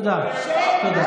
תודה.